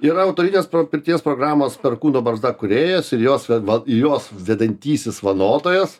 yra autorinės pro pirties programos perkūno barzda kūrėjas ir jos ved vad ir jos vedantysis vanotojas